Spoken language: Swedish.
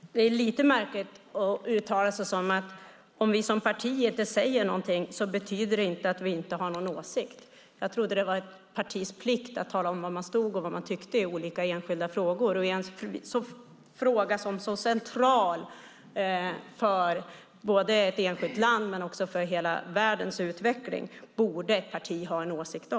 Herr talman! Det är lite märkligt att uttala sig så att om vi som parti inte säger någonting betyder det inte att vi inte har någon åsikt. Jag trodde att det var ett partis plikt att tala om var man stod och vad man tyckte i olika enskilda frågor. Och i en fråga som är så central både för ett enskilt land och för hela världens utveckling borde ett parti ha en åsikt.